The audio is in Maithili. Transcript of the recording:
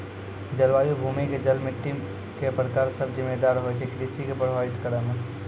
जलवायु, भूमि के जल, मिट्टी के प्रकार सब जिम्मेदार होय छै कृषि कॅ प्रभावित करै मॅ